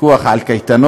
פיקוח על קייטנות,